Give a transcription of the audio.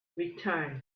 return